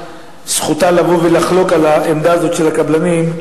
זכותה לחלוק על העמדה הזאת של הקבלנים,